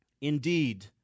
Indeed